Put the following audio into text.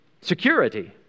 Security